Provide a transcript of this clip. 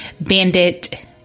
Bandit